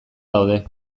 daude